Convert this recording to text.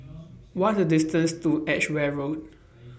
What IS The distance to Edgeware Road